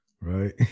Right